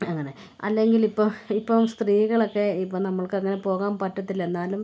അങ്ങനെ അല്ലെങ്കിൽ ഇപ്പോൾ ഇപ്പം സ്ത്രീകളൊക്കെ ഇപ്പം നമ്മൾക്കങ്ങനെ പോകാൻ പറ്റത്തില്ല എന്നാലും